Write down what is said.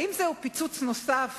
האם זהו פיצוץ נוסף